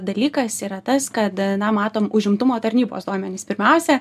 dalykas yra tas kad na matom užimtumo tarnybos duomenis pirmiausia